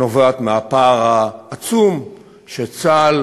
נובעת מהפער העצום שצה"ל